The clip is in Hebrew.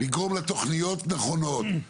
לגרום לתוכניות נכונות,